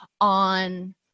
on